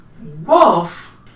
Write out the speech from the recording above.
Wolf